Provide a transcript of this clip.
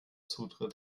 zutritt